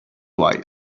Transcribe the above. why